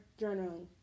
journaling